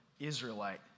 Israelite